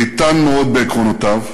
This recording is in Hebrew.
איתן מאוד בעקרונותיו.